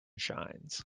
shines